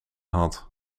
had